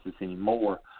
anymore